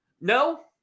No